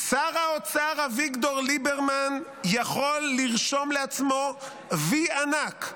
שר האוצר אביגדור ליברמן יכול לרשום לעצמו וי ענק,